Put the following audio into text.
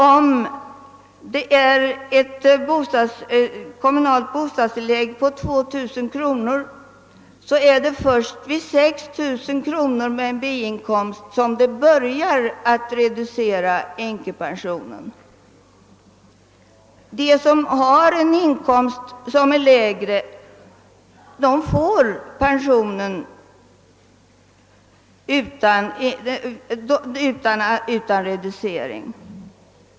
Om det kommunala bostadstillägget är 2000 kronor, är det först vid en biinkomst på 6 000 kronor som änkepensionen börjar reduceras. De som har en inkomst som är lägre får pensionen utan reducering.